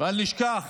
ואל נשכח